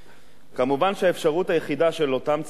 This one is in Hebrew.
כמובן שהאפשרות היחידה של אותם צעירים,